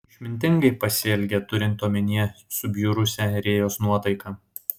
išmintingai pasielgė turint omenyje subjurusią rėjos nuotaiką